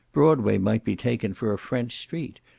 broadway might be taken for a french street,